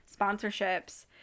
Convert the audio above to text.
sponsorships